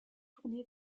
tourné